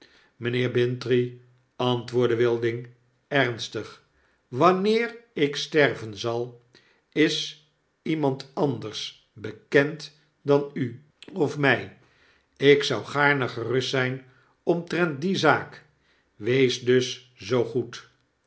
mynheer bintrey antwoordde wilding ernstig wanneer ik sterven zal islemand anders bekend dan u of my ik zou gaarne gerust zijn omtrent die zaak wees dus zoo goed